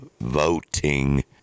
voting